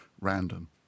random